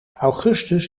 augustus